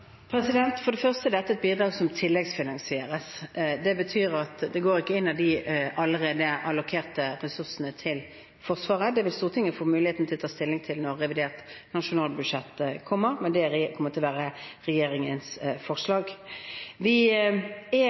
For det første er dette et bidrag som tilleggsfinansieres. Det betyr at det inngår ikke i de allerede allokerte ressursene til Forsvaret. Det vil Stortinget får muligheten til å ta stilling til når revidert nasjonalbudsjett kommer, men det kommer til å være regjeringens forslag. Vi har gjort vurderinger av beredskapen. Det er